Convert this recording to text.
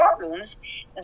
courtrooms